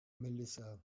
melissa